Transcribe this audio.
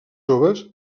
joves